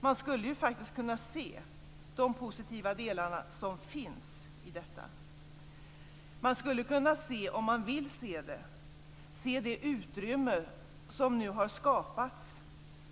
Man skulle faktiskt kunna se de positiva delar som finns i detta. Man skulle kunna se, om man vill se det, det utrymme som nu har skapats.